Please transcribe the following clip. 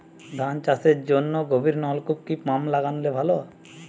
ধান চাষের জন্য গভিরনলকুপ কি পাম্প লাগালে ভালো?